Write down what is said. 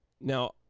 Now